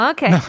Okay